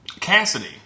Cassidy